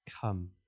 come